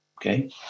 Okay